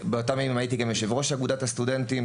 באותם הימים הייתי גם יושב ראש אגודת הסטודנטים